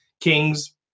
Kings